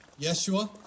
Yeshua